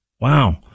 Wow